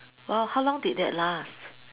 !wow! how long did that last